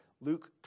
Luke